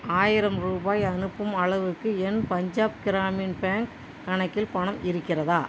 ஆயிரம் ரூபாய் அனுப்பும் அளவுக்கு என் பஞ்சாப் கிராமின் பேங்க் கணக்கில் பணம் இருக்கிறதா